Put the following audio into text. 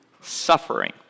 suffering